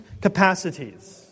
capacities